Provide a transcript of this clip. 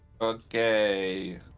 Okay